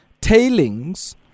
tailings